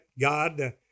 God